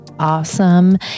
Awesome